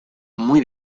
muy